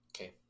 Okay